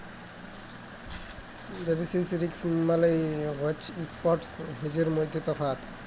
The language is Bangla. বেসিস রিস্ক মালে হছে ইস্প্ট আর হেজের মইধ্যে তফাৎ